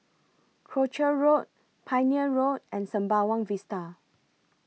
Croucher Road Pioneer Road and Sembawang Vista